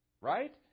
right